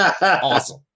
awesome